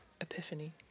Epiphany